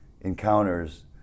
encounters